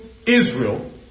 Israel